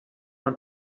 man